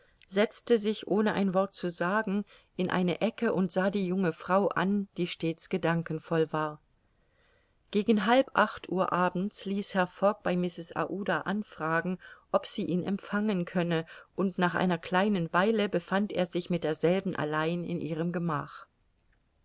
setzte sich ohne ein wort zu sagen in eine ecke und sah die junge frau an die stets gedankenvoll war gegen halb acht uhr abends ließ herr fogg bei mrs aouda anfragen ob sie ihn empfangen könne und nach einer kleinen weile befand er sich mit derselben allein in ihrem gemach